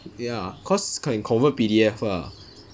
ya cause can convert P_D_F ah